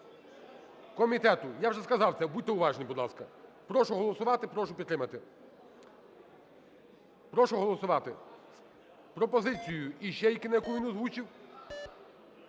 комітету. Я вже сказав це, будьте уважні, будь ласка. Прошу голосувати. Прошу підтримати. Прошу голосувати пропозицію Іщейкіна, яку він озвучив